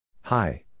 Hi